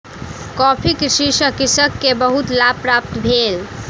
coffee कृषि सॅ कृषक के बहुत लाभ प्राप्त भेल